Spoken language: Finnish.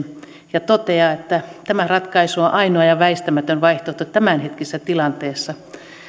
ja toteaa että tämä ratkaisu on ainoa ja väistämätön vaihtoehto tämänhetkisessä tilanteessa